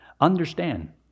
understand